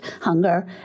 hunger